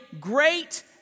great